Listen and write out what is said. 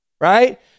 right